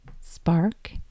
spark